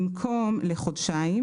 במקום "לחודשיים"